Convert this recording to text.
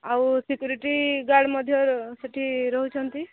ଆଉ security guard ମଧ୍ୟ ସେଠି ରହୁଛନ୍ତି